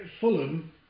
Fulham